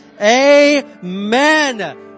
Amen